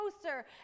closer